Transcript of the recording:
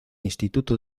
instituto